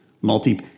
Multi